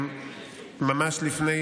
ממש לפני